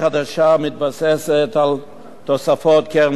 התוכנית החדשה מתבססת על תוספות קרן השתלמות,